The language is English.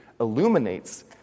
illuminates